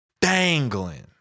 dangling